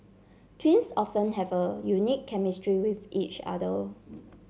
twins often have a unique chemistry with each other